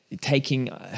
taking –